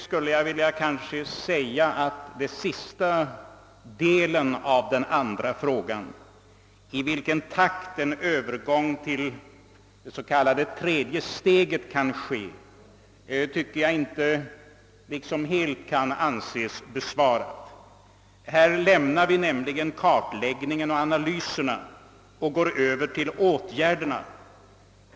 Men den sista delen av den andra frågan, som rörde i vilken takt en övergång till det s.k. tredje steget kan ske, tyckte jag inte kunde anses helt besvarad. I den delen lämnar vi nämligen kartläggningen och analyserna och går över till åtgärderna.